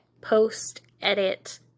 post-edit